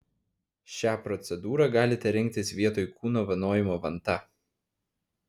šią procedūrą galite rinktis vietoj kūno vanojimo vanta